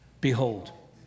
behold